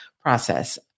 process